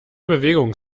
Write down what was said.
bewegung